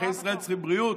אזרחי ישראל צריכים בריאות.